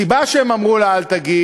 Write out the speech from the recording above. הם אמרו לה אל תגיעי,